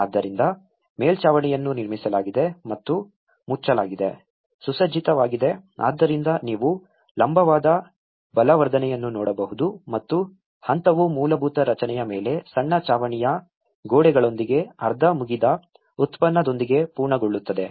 ಆದ್ದರಿಂದ ಮೇಲ್ಛಾವಣಿಯನ್ನು ನಿರ್ಮಿಸಲಾಗಿದೆ ಮತ್ತು ಮುಚ್ಚಲಾಗಿದೆ ಸುಸಜ್ಜಿತವಾಗಿದೆ ಆದ್ದರಿಂದ ನೀವು ಲಂಬವಾದ ಬಲವರ್ಧನೆಯನ್ನು ನೋಡಬಹುದು ಮತ್ತು ಹಂತವು ಮೂಲಭೂತ ರಚನೆಯ ಮೇಲೆ ಸಣ್ಣ ಛಾವಣಿಯ ಗೋಡೆಗಳೊಂದಿಗೆ ಅರ್ಧ ಮುಗಿದ ಉತ್ಪನ್ನದೊಂದಿಗೆ ಪೂರ್ಣಗೊಳ್ಳುತ್ತದೆ